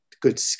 good